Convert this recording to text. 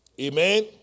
Amen